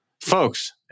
folks